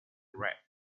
red